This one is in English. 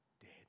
dead